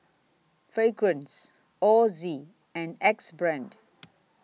Fragrance Ozi and Axe Brand